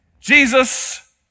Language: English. Jesus